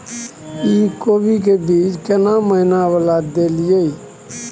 इ कोबी के बीज केना महीना वाला देलियैई?